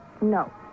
No